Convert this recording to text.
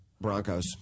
Broncos